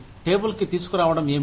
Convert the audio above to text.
1 టేబుల్కి తీసుకురావడం ఏమిటి